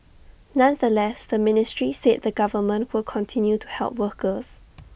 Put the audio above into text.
nonetheless the ministry said the government will continue to help workers